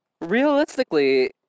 realistically